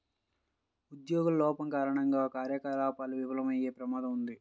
ఉద్యోగుల లోపం కారణంగా కార్యకలాపాలు విఫలమయ్యే ప్రమాదం ఉంది